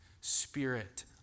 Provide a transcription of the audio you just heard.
spirit